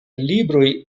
libroj